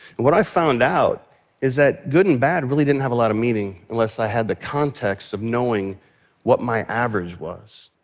what i found out is that good and bad really didn't have a lot of meaning unless i had the context of knowing what my average was.